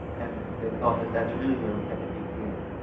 and they thought that that's really where we had to begin. ah